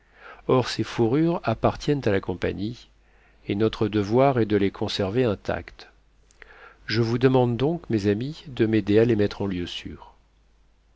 or ces fourrures appartiennent à la compagnie et notre devoir est de les conserver intactes je vous demande donc mes amis de m'aider à les mettre en lieu sûr